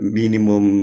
minimum